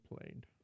played